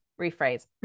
rephrase